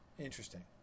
Interesting